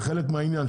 זה חלק מהעניין.